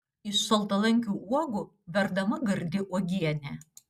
iš šaltalankių uogų verdama gardi uogienė